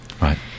right